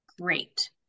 great